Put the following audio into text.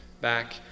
back